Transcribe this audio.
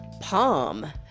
palm